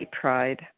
pride